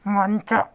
ಮಂಚ